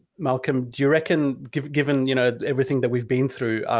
malcolm, do you reckon given given you know everything that we've been through